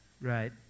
right